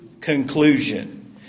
conclusion